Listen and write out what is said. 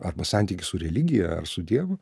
arba santykį su religija ar su dievu